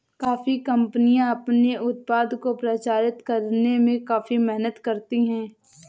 coffee कंपनियां अपने उत्पाद को प्रचारित करने में काफी मेहनत करती हैं